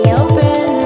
open